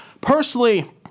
Personally